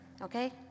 Okay